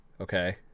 Okay